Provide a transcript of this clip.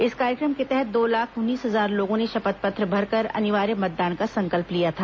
इस कार्यक्रम के तहत दो लाख उन्नीस हजार लोगों ने शपथ पत्र भरकर अनिवार्य मतदान का संकल्प लिया था